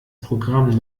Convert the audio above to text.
programm